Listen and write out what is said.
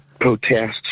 protests